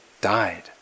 died